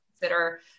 consider